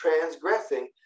transgressing